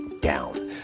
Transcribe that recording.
down